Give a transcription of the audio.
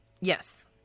Yes